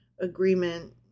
agreement